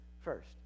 First